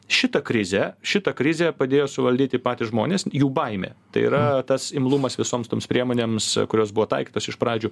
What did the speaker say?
šitą krizę šitą krizę padėjo suvaldyti patys žmonės jų baimė tai yra tas imlumas visoms toms priemonėms kurios buvo taikytos iš pradžių